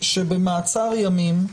שבמעצר ימים,